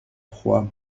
froid